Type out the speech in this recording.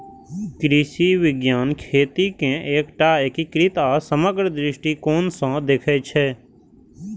कृषि विज्ञान खेती कें एकटा एकीकृत आ समग्र दृष्टिकोण सं देखै छै